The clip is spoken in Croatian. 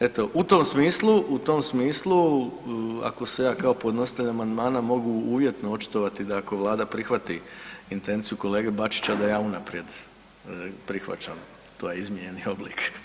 Eto, u tom smislu ako se ja kao podnositelj amandmana mogu uvjetno očitovati da ako Vlada prihvati intenciju kolege Bačića da ja unaprijed prihvaćam taj izmijenjeni oblik.